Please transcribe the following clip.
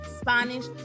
Spanish